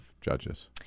judges